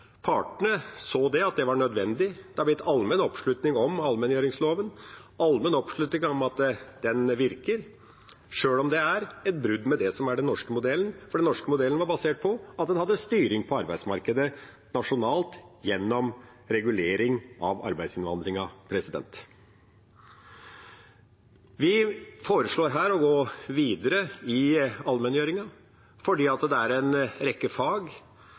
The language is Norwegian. Partene så at det var nødvendig. Det har blitt allmenn oppslutning om allmenngjøringsloven og at den virker, sjøl om den er et brudd med det som var den norske modellen, for den norske modellen var basert på at en hadde styring på arbeidsmarkedet nasjonalt gjennom regulering av arbeidsinnvandringen. Vi foreslår her å gå videre i allmenngjøringen fordi det er en rekke fag